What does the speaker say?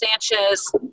Sanchez